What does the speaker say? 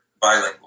bilingual